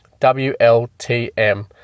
WLTM